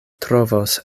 trovos